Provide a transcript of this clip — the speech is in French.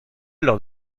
lors